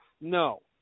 No